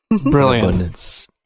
Brilliant